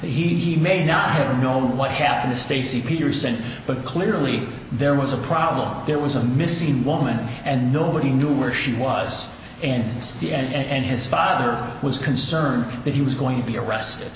and he may not know what happened to stacy peterson but clearly there was a problem there was a missing woman and nobody knew where she was and it's the end his father was concerned that he was going to be arrested